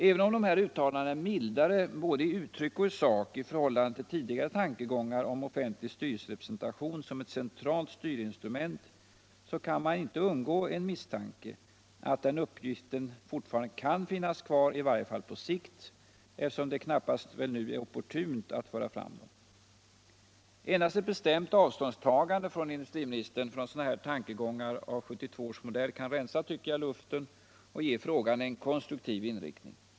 Även om dessa uttalanden är mildare både i uttryck och sak i förhållande till tidigare tankegångar om offentlig styrelserepresentation som ett centralt styrinstrument, kan man inte undgå misstanken att den uppgiften fortfarande kan finnas kvar —i varje fall på sikt, eftersom det knappast nu är opportunt att föra fram den. Endast ett bestämt avståndstagande av industriministern från sådana tankegångar av 1972 års modell kan rensa luften, tycker jag, och ge frågan en konstruktiv inriktning.